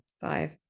five